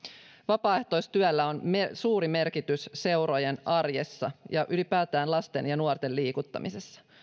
vapaaehtoistyöllä on suuri merkitys seurojen arjessa ja ylipäätään lasten ja nuorten liikuttamisessa